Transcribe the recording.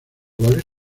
goles